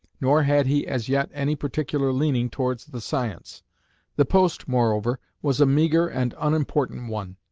nor had he as yet any particular leaning towards the science the post, moreover, was a meagre and unimportant one.